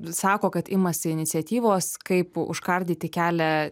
sako kad imasi iniciatyvos kaip užkardyti kelią